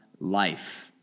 Life